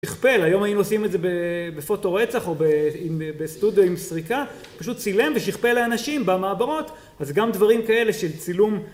שכפל היום היינו עושים את זה בפוטו רצח או בסטודיו עם סריקה פשוט צילם ושיכפל לאנשים במעברות אז גם דברים כאלה של צילום